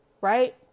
right